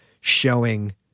showing